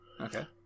Okay